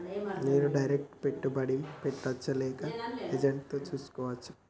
నేను డైరెక్ట్ పెట్టుబడి పెట్టచ్చా లేక ఏజెంట్ తో చేస్కోవచ్చా?